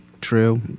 true